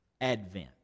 advent